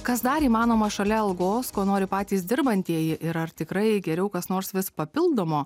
kas dar įmanoma šalia algos ko nori patys dirbantieji ir ar tikrai geriau kas nors vis papildomo